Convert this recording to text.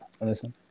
listen